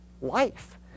life